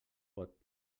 pot